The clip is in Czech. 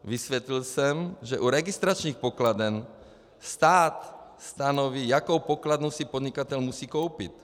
Vysvětlil jsem, že u registračních pokladen stát stanoví, jakou pokladnu si podnikatel musí koupit.